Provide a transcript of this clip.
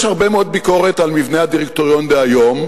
יש הרבה מאוד ביקורת על מבנה הדירקטוריון דהיום,